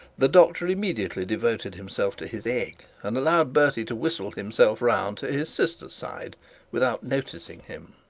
the doctor immediately devoted himself to his egg, and allowed bertie to whistle himself round to his sister's side without noticing him.